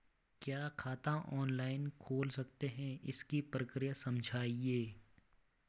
क्या खाता ऑनलाइन खोल सकते हैं इसकी प्रक्रिया समझाइए?